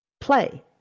play